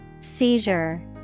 Seizure